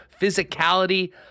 physicality